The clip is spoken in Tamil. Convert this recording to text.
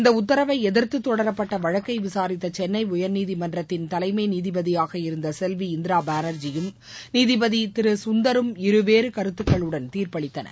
இந்த உத்தரவை எதிர்த்து தொடரப்பட்ட வழக்கை விசாரித்த சென்னை உயர்நீதிமன்றத்தின் தலைமை நீதிபதியாக இருந்த செல்வி இந்திரா பாளர்ஜியும் நீதிபதி திரு கந்தரும் இருவேறு கருத்துக்களுடன் தீர்ப்பளித்தனர்